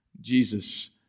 Jesus